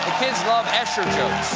love esher jokes.